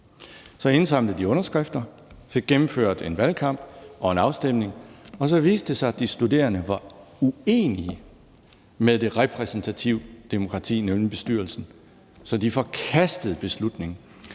Så indsamlede de underskrifter, fik gennemført en valgkamp og en afstemning, og så viste det sig, at de studerende var uenige med det repræsentative demokrati, nemlig bestyrelsen. Så de forkastede beslutningen.